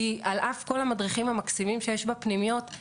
כי על אף כל המדריכים המקסימים שיש בפנימיות,